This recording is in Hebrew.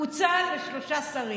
פוצל לשלושה שרים?